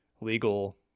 legal